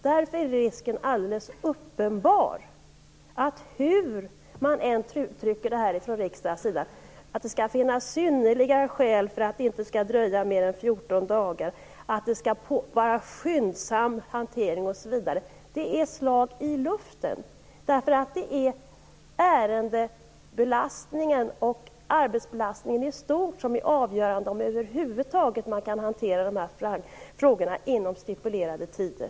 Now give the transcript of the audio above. Risken är därför alldeles uppenbar att hur man än uttrycker detta från riksdagens sida - att det skall finnas synnerliga skäl för att det inte skall dröja i mer än 14 dagar och att det skall vara skyndsam hantering osv. - är det bara slag i luften. Det är nämligen ärendebelastningen och arbetsbelastningen i stort som är avgörande för om socialnämnderna över huvud taget kan hantera de här frågorna inom stipulerade tider.